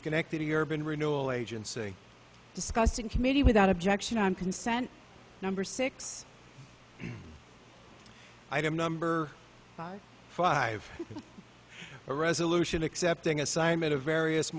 schenectady urban renewal agency discussed in committee without objection on consent number six i don't number five a resolution accepting assignment of various